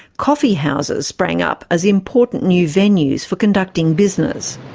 coffee houses sprang up as important new venues for conducting business.